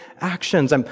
actions